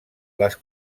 les